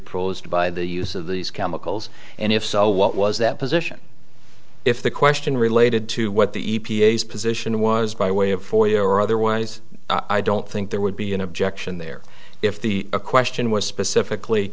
proles by the use of these chemicals and if so what was that position if the question related to what the e p a s position was by way of for you or otherwise i don't think there would be an objection there if the question was specifically